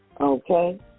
Okay